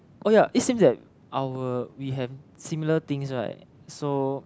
oh ya it seems like our we have similar things right so